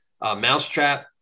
Mousetrap